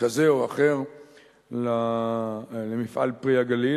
כזה או אחר למפעל "פרי הגליל",